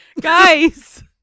guys